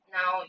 Now